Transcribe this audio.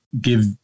give